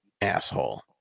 asshole